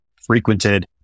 frequented